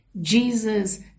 Jesus